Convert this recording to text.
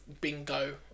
bingo